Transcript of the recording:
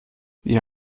wir